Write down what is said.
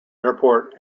airport